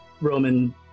Roman